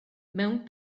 mewn